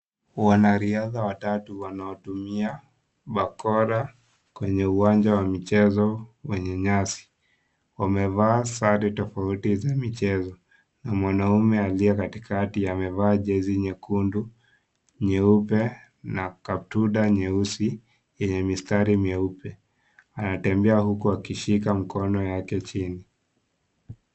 Wanariadha watatu wanaotumia bakora kwenye uwanja wa michezo wenye nyasi . Wamevaa sare tofauti za michezo na mwanaume aliyekatikati amevaa jezi nyekundu, nyeupe na kaptura nyeusi yenye mistari meupe . Anatembea huku akishika mkono yake chini.